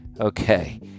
Okay